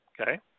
Okay